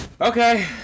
okay